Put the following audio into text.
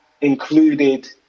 included